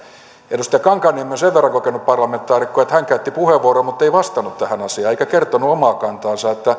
edustaja kankaanniemi on sen verran kokenut parlamentaarikko että hän käytti puheenvuoron muttei vastannut tähän asiaan eikä kertonut omaa kantaansa siitä